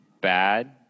bad